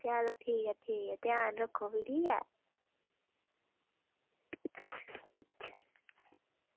चलो ठीक ऐ ठीक ऐ ध्यान रक्खेओ भी ठीक ऐ